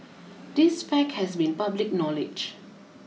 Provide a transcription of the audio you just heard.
this fact has been public knowledge